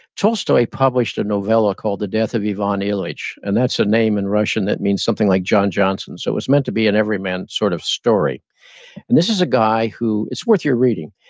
tolstoy published a novella called, the death of ivan ilyich, and that's a name in russian that means something like john johnson so it's meant to be in every man's sort of story. and this is a guy who is worth you're reading.